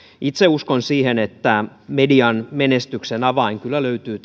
itse uskon siihen että median menestyksen avain kyllä löytyy